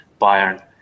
Bayern